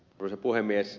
arvoisa puhemies